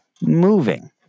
moving